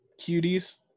cuties